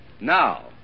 Now